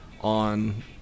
on